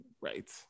Right